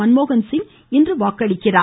மன்மோகன்சிங் இன்று வாக்களிக்கிறார்